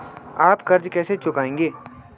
आप कर्ज कैसे चुकाएंगे?